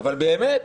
אבל באמת,